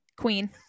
queen